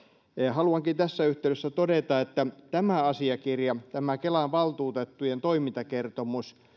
haluankin tässä yhteydessä todeta että tämä asiakirja tämä kelan valtuutettujen toimintakertomus